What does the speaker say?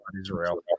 Israel